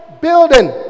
building